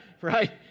right